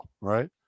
right